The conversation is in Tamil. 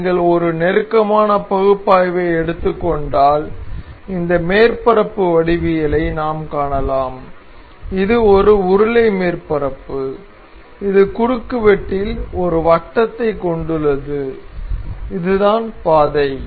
நீங்கள் ஒரு நெருக்கமான பகுப்பாய்வை எடுத்துக் கொண்டால் இந்த மேற்பரப்பு வடிவியலை நாம் காணலாம் இது ஒரு உருளை மேற்பரப்பு இது குறுக்குவெட்டில் ஒரு வட்டத்தைக் கொண்டுள்ளது இது தான் பாதை